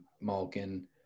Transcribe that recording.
Malkin